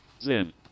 Zin